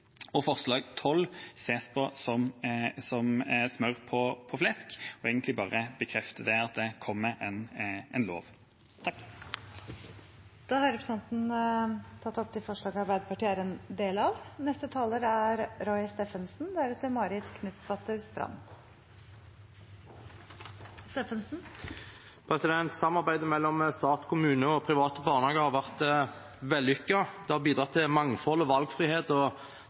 og forslag nr. 12 ses på som smør på flesk og egentlig bare bekrefter at det kommer en lov. Da har representanten Torstein Tvedt Solberg tatt opp de forslagene Arbeiderpartiet er en del av. Samarbeidet mellom stat, kommune og private barnehager har vært vellykket. Det har bidratt til mangfold, valgfrihet og